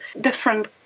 different